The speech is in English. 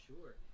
Sure